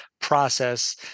process